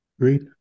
great